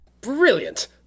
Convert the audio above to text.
Brilliant